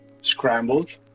scrambled